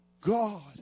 God